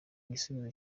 gisubizo